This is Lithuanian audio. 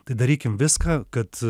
tai darykim viską kad